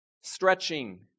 stretching